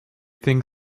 think